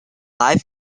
live